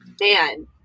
man